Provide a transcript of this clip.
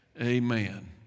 Amen